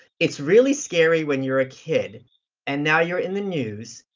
it's really scary when you're a kid and now you're in the news,